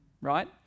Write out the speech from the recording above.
right